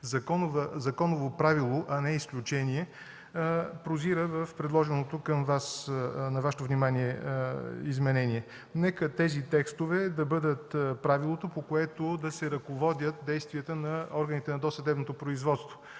законово правило, а не изключение, прозира в предложеното на Вашето внимание изменение. Нека тези текстове да бъдат правилото, по което да се ръководят действията на органите на досъдебното производство.